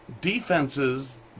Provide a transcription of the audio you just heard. defenses